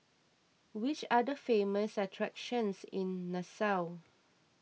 which are the famous attractions in Nassau